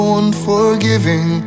unforgiving